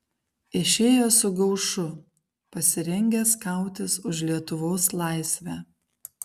išėjo su gaušu pasirengęs kautis už lietuvos laisvę